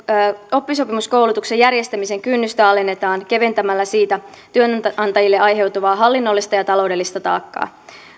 oppisopimuskoulutuksen järjestämisen kynnystä alennetaan keventämällä siitä työnantajille aiheutuvaa hallinnollista ja taloudellista taakkaa